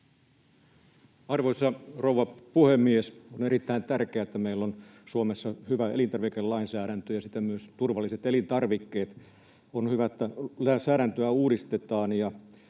Arvoisa rouva puhemies! On erittäin tärkeää, että meillä Suomessa on hyvä elintarvikelainsäädäntö ja siten myös turvalliset elintarvikkeet. On hyvä, että lainsäädäntöä uudistetaan